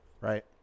right